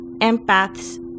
Empaths